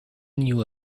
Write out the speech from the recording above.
knew